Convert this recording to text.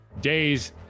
days